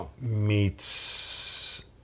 meets